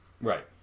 Right